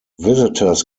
visitors